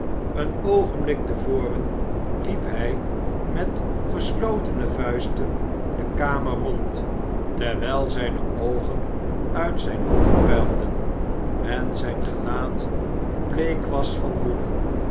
een oogenblik te voren liep hij met geslotene vuisten de kamer rond terwijl zijne oogen uit zijn hoofd puilden en zijn gelaat bleek was van woede